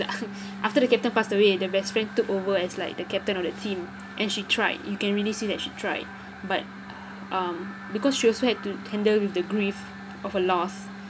after the captain passed away the best friend took over as like the captain of the team and she tried you can really see that she tried but um because she also had to handle with the grief of a loss